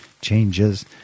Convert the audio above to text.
changes